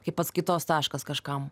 kaip atskaitos taškas kažkam